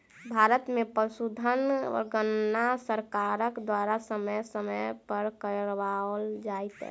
भारत मे पशुधन गणना सरकार द्वारा समय समय पर कराओल जाइत छै